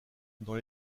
dans